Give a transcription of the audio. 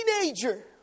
teenager